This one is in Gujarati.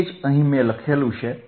તે જ અહી લખ્યું છે